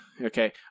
Okay